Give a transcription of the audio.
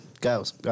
girls